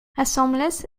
asambles